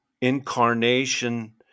incarnation